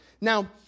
Now